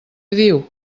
diu